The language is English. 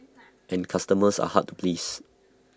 and customers are hard to please